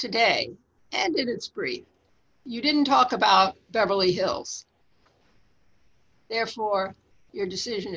today and it's great you didn't talk about beverly hills therefore your decision